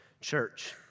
church